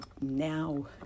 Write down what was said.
now